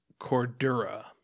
Cordura